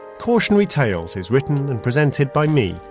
cautionary tales is written and presented by me,